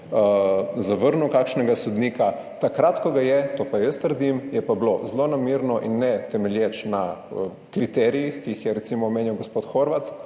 zavrnil kakšnega sodnika. Takrat, ko ga je, to pa jaz trdim, je pa bilo zlonamerno in ne temelječ na kriterijih, ki jih je recimo omenjal gospod Horvat,